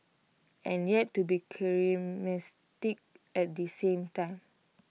and yet to be charismatic at the same time